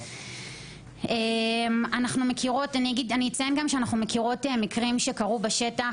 אנחנו מכירות מקרים מהשטח